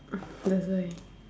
mm that's why